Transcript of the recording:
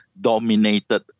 dominated